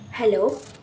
hello